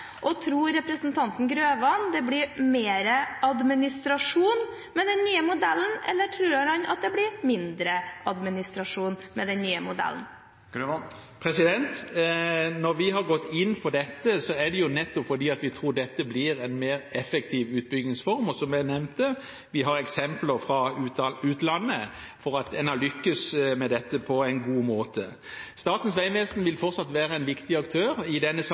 og tror representanten Grøvan det blir mer administrasjon med den nye modellen, eller tror han det blir mindre administrasjon med den nye modellen? Når vi har gått inn for dette, er det nettopp fordi vi tror at dette blir en mer effektiv utbyggingsform, og – som jeg nevnte – vi har eksempler fra utlandet på at en har lyktes med dette på en god måte. Statens vegvesen vil fortsatt være en viktig aktør. I denne